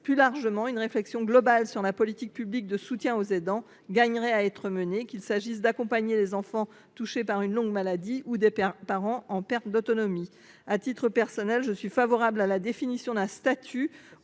Plus largement, une réflexion globale sur la politique publique de soutien aux aidants gagnerait à être menée, qu’il s’agisse d’accompagner les enfants touchés par une affection de longue durée (ALD) ou des parents en perte d’autonomie. À titre personnel, je suis favorable à la définition d’un statut